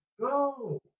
Go